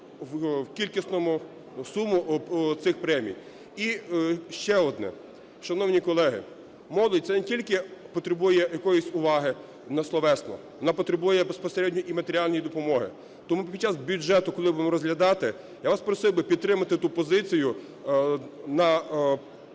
премію, суму цих премій. І ще одне. Шановні колеги, молодь не тільки потребує якоїсь уваги словесно, вона потребує безпосередньо і матеріальної допомоги. Тому під час бюджету, коли будемо розглядати, я вас просив би підтримати ту позицію на